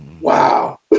Wow